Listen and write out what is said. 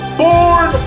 born